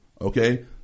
Okay